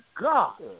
God